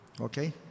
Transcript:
Okay